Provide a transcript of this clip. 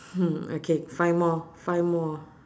okay five more five more